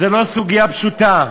זו לא סוגיה פשוטה.